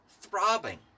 throbbing